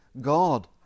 God